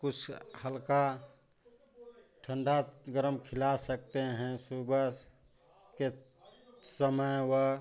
कुछ हल्का ठंडा गरम खिला सकते हैं सुबह के समय वह